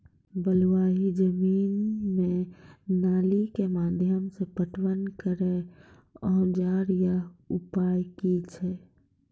बलूआही जमीन मे नाली के माध्यम से पटवन करै औजार या उपाय की छै?